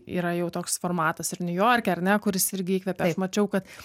yra jau toks formatas ir niujorke ar ne kuris irgi įkvepia mačiau kad